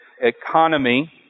economy